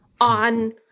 on